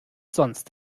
sonst